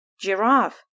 Giraffe